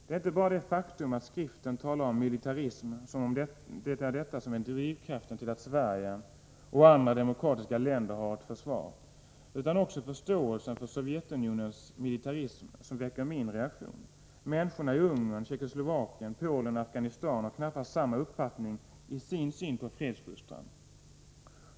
Det är inte bara det faktum att skriften talar om militarism som om det är en sådan som är drivkraften till att Sverige — och andra demokratiska länder — har ett försvar, utan också förståelsen för Sovjetunionens militarism som väcker min reaktion. Människorna i Ungern, Tjeckoslovakien, Polen och Afghanistan har knappast samma uppfattning i sin syn på fredsfostran.